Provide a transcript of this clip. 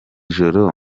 joro